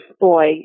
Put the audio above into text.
boy